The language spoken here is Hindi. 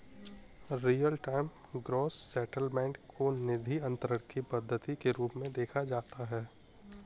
रीयल टाइम ग्रॉस सेटलमेंट को निधि अंतरण की पद्धति के रूप में देखा जाता है